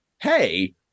hey